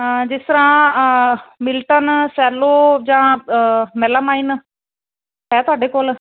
ਹਾਂ ਜਿਸ ਤਰਾਂ ਮਿਲਟਨ ਸੈਲੋ ਜਾਂ ਮਹਿਲਾ ਮਾਈਨ ਹੈ ਤੁਹਾਡੇ ਕੋਲ